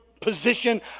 position